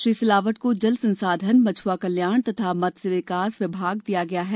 श्री सिलावट को जल संसाधन मछुआ कल्याण तथा मत्स्य विकास विभाग दिया गया है